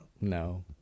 No